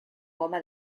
goma